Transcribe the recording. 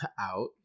out